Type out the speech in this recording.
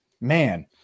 man